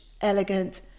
elegant